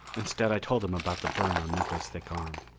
instead i told him about the burn on miko's thick arm.